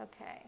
Okay